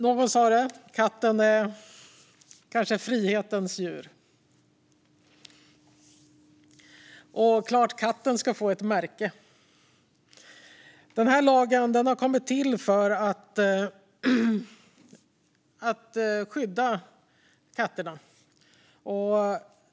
Någon sa att katten kanske är ett frihetens djur. Det är klart att katten ska få ett märke. Lagen har kommit till för att skydda katterna.